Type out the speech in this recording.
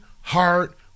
heart